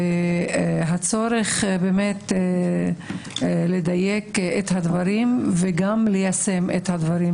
והצורך לדייק את הדברים וגם ליישם את הדברים.